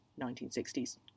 1960s